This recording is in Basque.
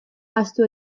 ahaztu